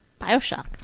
Bioshock